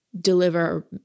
deliver